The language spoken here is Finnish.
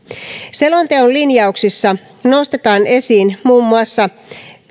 selonteon linjauksissa nostetaan esiin muun muassa